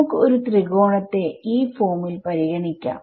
നമുക്ക് ഒരു ത്രികോണത്തെ ഈ ഫോം ൽ പരിഗണിക്കാം